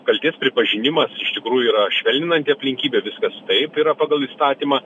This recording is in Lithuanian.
kaltės pripažinimas iš tikrųjų yra švelninanti aplinkybė viskas taip yra pagal įstatymą